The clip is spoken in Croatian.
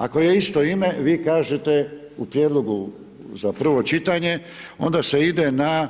Ako je isto ime vi kažete u prijedlogu za prvo čitanje onda se ide na